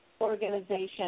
organization